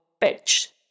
pitch